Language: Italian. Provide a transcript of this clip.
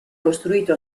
costruito